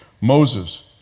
Moses